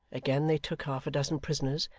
again they took half-a-dozen prisoners,